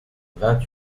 vingt